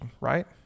right